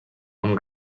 amb